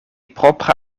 propra